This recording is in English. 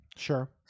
Sure